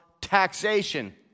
taxation